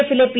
എഫിലെ പി